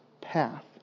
path